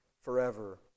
forever